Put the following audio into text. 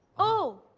oh!